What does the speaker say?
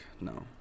No